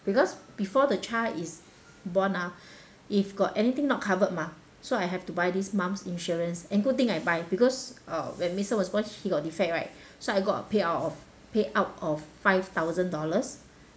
because before the child is born ah if got anything not covered mah so I have to buy this mum's insurance and good thing I buy because uh when mason was born he got defect right so I got a payout of payout of five thousand dollars